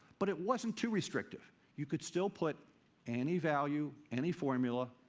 but it wasn't too restrictive you could still put any value, any formula,